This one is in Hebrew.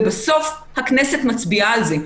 ובסוף הכנסת מצביעה על זה.